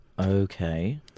Okay